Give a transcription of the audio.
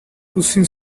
zkusím